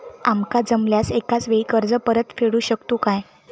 आमका जमल्यास एकाच वेळी कर्ज परत फेडू शकतू काय?